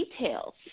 details